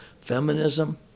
Feminism